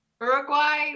Uruguay